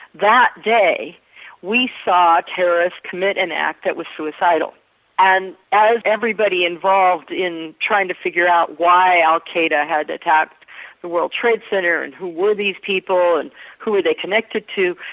that day we saw terrorists commit an act that was suicidal and as everybody involved in trying to figure out why al qaeda had attacked the world trade centre and who were these people and who were they connected to,